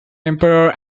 emperor